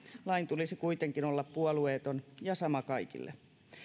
lain tulisi kuitenkin olla puolueeton ja sama kaikille